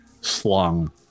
slung